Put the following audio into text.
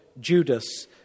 Judas